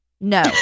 No